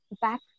back